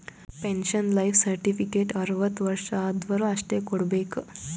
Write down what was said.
pension life certificate ಅರ್ವತ್ ವರ್ಷ ಆದ್ವರು ಅಷ್ಟೇ ಕೊಡ್ಬೇಕ